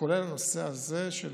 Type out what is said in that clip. כולל הנושא הזה של